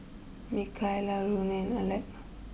Mikaila Ronnie Aleck